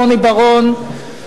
רוני בר-און,